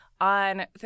On